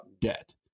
debt